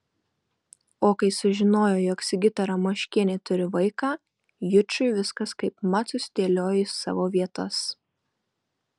o kai sužinojo jog sigita ramoškienė turi vaiką jučui viskas kaipmat susidėliojo į savo vietas